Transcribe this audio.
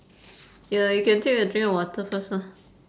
you uh you can take a drink of water first ah